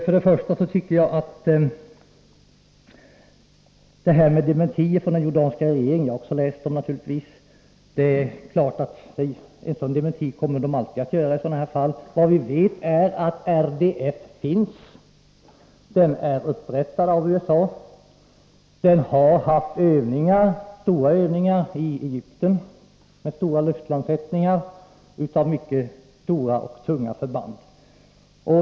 Jag har naturligtvis också läst om det här med dementier från den jordanska regeringen. Det är klart att dylika dementier alltid kommer att göras i sådana här fall. Men vad vi vet är att RDF-systemet har upprättats i USA och att man genomfört stora övningar i Egypten, med omfattande luftlandsättningar av tunga förband.